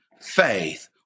faith